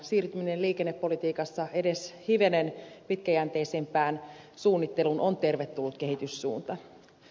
siirtyminen liikennepolitiikassa edes hivenen pitkäjänteisempään suunnitteluun on tervetullut kehityssuunta